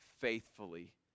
faithfully